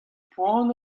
poan